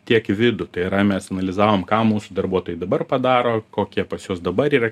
tiek vidų tai yra mes analizavom ką mūsų darbuotojai dabar padaro kokie pas juos dabar yra